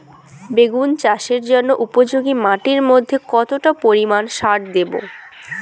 বেগুন চাষের জন্য উপযোগী মাটির মধ্যে কতটা পরিমান সার দেব?